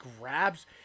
grabs